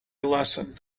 lesson